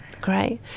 great